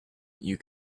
you